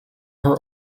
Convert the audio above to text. her